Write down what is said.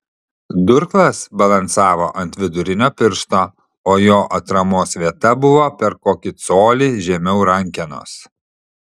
durklas balansavo ant vidurinio piršto o jo atramos vieta buvo per kokį colį žemiau rankenos